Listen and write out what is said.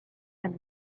and